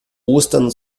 ostern